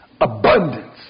abundance